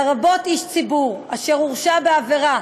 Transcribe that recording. לרבות איש ציבור אשר הורשע בעבירה